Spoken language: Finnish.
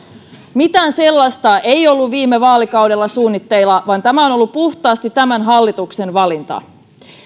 mitään sellaista ei ollut viime vaalikaudella suunnitteilla vaan tämä on on ollut puhtaasti tämän hallituksen valinta